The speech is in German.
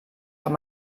kann